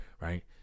right